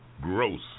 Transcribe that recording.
Gross